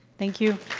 thank you.